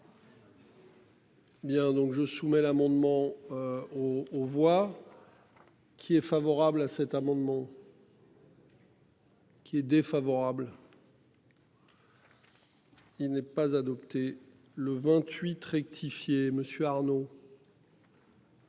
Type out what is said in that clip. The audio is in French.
Bien donc je soumets l'amendement. O voir. Qui est favorable à cet amendement. Qui est défavorable. Il n'est pas adopté le 28 rectifié monsieur Arnaud.